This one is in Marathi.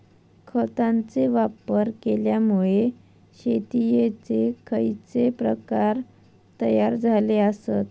खतांचे वापर केल्यामुळे शेतीयेचे खैचे प्रकार तयार झाले आसत?